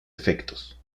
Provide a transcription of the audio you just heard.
efectos